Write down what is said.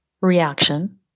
reaction